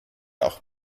auch